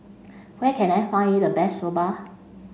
where can I find the best Soba